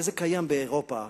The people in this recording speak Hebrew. וזה קיים באירופה.